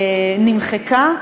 נמחקה,